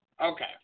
Okay